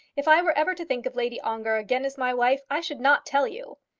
if i were ever to think of lady ongar again as my wife, i should not tell you.